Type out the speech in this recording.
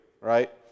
right